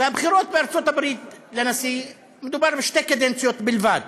ובבחירות בארצות הברית לנשיא מדובר בשתי קדנציות בלבד.